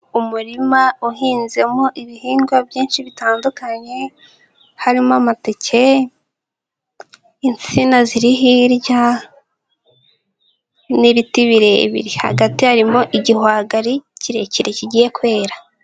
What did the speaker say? Umurima uhinzemo ibihingwa byinshi bitandukanye, harimo amateke, insina ziri hirya n'ibiti birebire, hagati harimo igihwagari kirekire kigiye kwera.